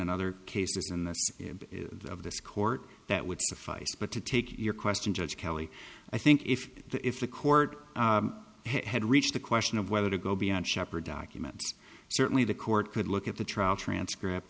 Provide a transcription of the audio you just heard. and other cases in the of this court that would suffice but to take your question judge kelly i think if the if the court had reached the question of whether to go beyond shepherd documents certainly the court could look at the trial transcript